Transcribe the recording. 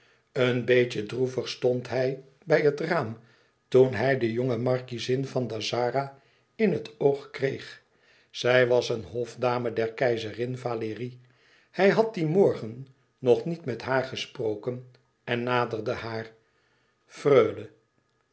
een beetje droevig stond hij bij het raam toen hij de jonge markiezin van dazzara in het oog kreeg zij was een hofdame der keizerin valérie hij had dien morgen nog niet met haar gesproken en naderde haar freule